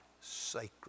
sacred